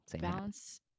Balance